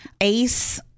Ace